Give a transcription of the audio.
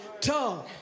Tongue